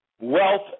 Wealth